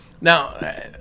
Now